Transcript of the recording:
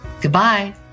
Goodbye